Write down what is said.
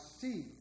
See